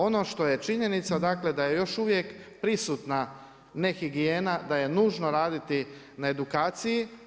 Ono što je činjenica dakle da je još uvijek prisutna nehigijena, da je nužno raditi na edukaciji.